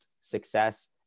success